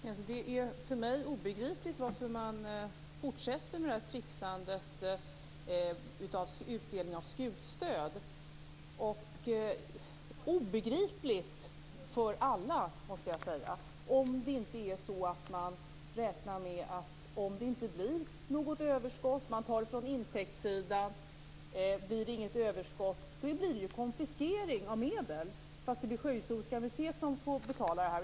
Fru talman! Det är för mig obegripligt varför man fortsätter med tricksandet med utdelning av skutstöd. Det är obegripligt för alla, måste jag säga. Om man räknar med att ta från intäktssidan om det inte blir något överskott blir det ju konfiskering av medel, fast det blir Sjöhistoriska museet som får betala det.